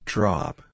Drop